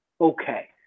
okay